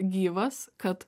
gyvas kad